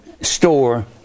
store